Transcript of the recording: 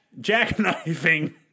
jackknifing